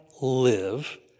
live